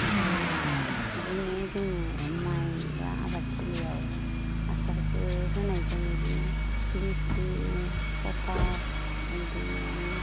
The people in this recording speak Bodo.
ओमफ्राय बिदिनो जोङो माइ बा आबादथिलिआव हासारखौ होनाय जायो बिदिनो दिपि पटास बिदिनो